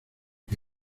que